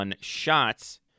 shots